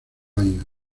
años